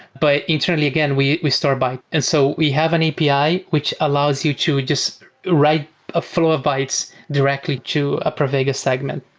but internally, again, we we store byte. and so we have an api which allows you to just write a flow of bytes directly to a pravega segment.